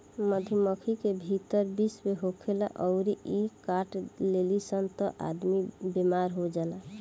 मधुमक्खी के भीतर विष होखेला अउरी इ काट देली सन त आदमी बेमार हो जाला